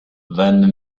van